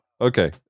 okay